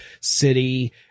city –